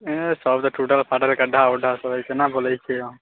अइ सब तऽ टूटल फाटल गड्ढा उड्ढा सब हइ कोना बोलै छिए अहाँ